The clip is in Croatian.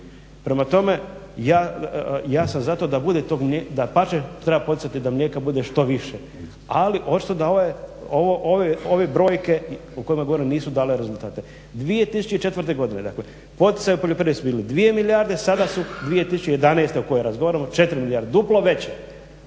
bude tog mlijeka. Dapače treba podsjetit da mlijeka bude što više, ali očito da ovaj, ove brojke o kojima govorim nisu dale rezultate. 2004. godine dakle poticaji u poljoprivredi su bili 2 milijarde, sada su 2011. o kojoj razgovaramo 4 milijarde, duplo veće.